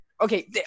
Okay